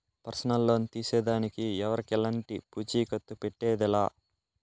personal loan తీసేదానికి ఎవరికెలంటి పూచీకత్తు పెట్టేదె లా